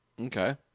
Okay